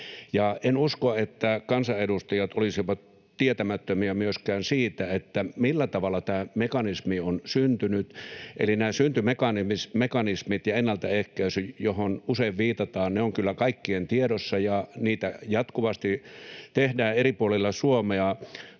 en usko, että kansanedustajat olisivat tietämättömiä myöskään siitä, millä tavalla tämä mekanismi on syntynyt, eli nämä syntymekanismit ja ennaltaehkäisy, johon usein viitataan, ovat kyllä kaikkien tiedossa, ja niitä jatkuvasti tehdään eri puolilla Suomea.